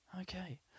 okay